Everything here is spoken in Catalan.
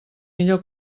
millor